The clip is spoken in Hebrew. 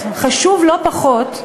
חשוב לא פחות,